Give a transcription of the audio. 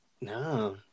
No